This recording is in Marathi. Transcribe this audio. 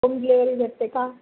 होम डिलेवरी भटते का